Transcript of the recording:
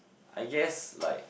I guess like